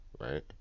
right